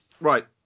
Right